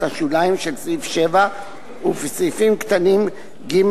השוליים של סעיף 7 ובסעיפים קטנים (ג)